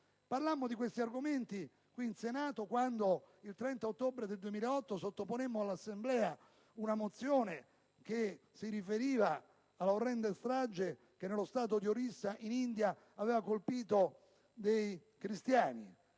Parlammo di questi argomenti, qui in Senato, quando il 30 ottobre del 2008 sottoponemmo all'Assemblea una mozione relativa all' orrenda strage che, nello Stato di Orissa, in India, aveva colpito dei cristiani.